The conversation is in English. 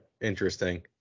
interesting